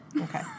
Okay